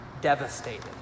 devastated